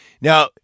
Now